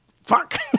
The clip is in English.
fuck